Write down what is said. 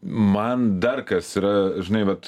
man dar kas yra žinai vat